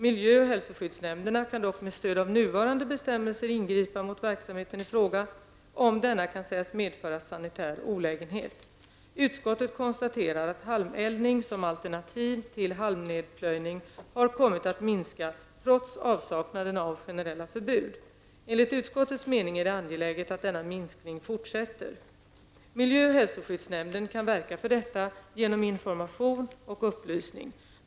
Miljö och hälsoskyddsnämnderna kan dock med stöd av nuvarande bestämmelser ingripa mot verksamheten ifråga, om denna kan sägas medföra sanitär olägenhet. Utskottet konstaterar att halmeldning som alternativ till halmnedplöjning har kommit att minska trots avsaknaden av generella förbud. Enligt utskottets mening är det angeläget att denna minskning fortsätter. Miljöoch hälsoskyddsnämnden kan verka för detta genom information och upplysning.